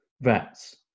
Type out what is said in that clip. Vets